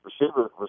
receiver